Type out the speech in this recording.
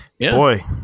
Boy